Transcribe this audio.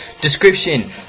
Description